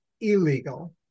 illegal